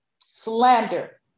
slander